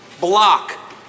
Block